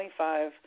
25